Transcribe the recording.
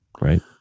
right